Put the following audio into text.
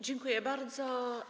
Dziękuję bardzo.